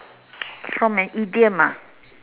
from an idiom ah